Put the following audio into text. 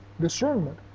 discernment